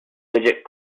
digit